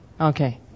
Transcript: Okay